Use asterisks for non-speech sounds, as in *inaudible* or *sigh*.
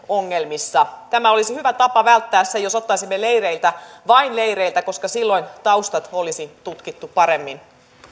*unintelligible* ongelmissa tämä olisi hyvä tapa välttää se ottaisimme leireiltä vain leireiltä koska silloin taustat olisi tutkittu paremmin